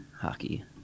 hockey